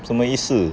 什么意思